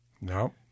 No